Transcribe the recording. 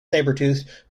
sabretooth